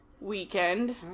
weekend